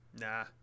Nah